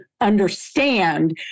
understand